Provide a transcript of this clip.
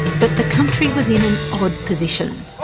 but the country was in an odd position,